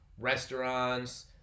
Restaurants